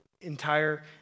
entire